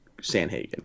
Sanhagen